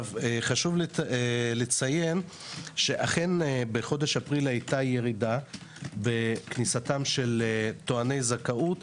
חשוב לציין שאכן בחודש אפריל הייתה ירידה בכניסת טועני זכאות,